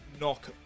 knock